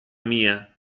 mia